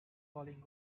falling